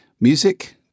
Music